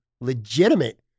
legitimate